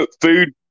food